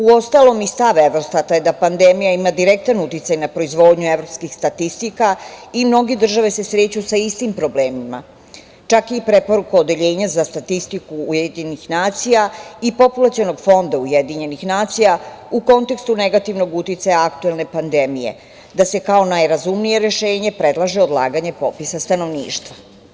Uostalom i stava je da pandemija ima direktan uticaj na proizvodnju evropskih statistika i mnoge države se sreću sa istim problemima, čak je i preporuka Odeljenja za statistiku UN i Populacionog fonda u kontekstu negativnog uticaja aktuelne pandemije da se kao najrazumnije rešenje predlaže odlaganje popisa stanovništva.